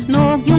no